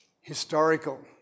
historical